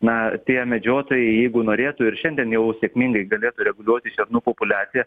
na tie medžiotojai jeigu norėtų ir šiandien jau sėkmingai galėtų reguliuoti šernų populiaciją